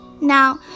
Now